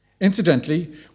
Incidentally